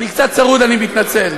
אני קצת צרוד, אני מתנצל.